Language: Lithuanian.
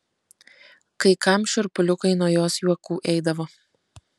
kai kam šiurpuliukai nuo jos juokų eidavo